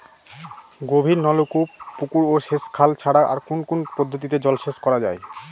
গভীরনলকূপ পুকুর ও সেচখাল ছাড়া আর কোন কোন পদ্ধতিতে জলসেচ করা যায়?